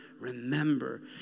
remember